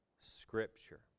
Scripture